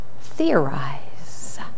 theorize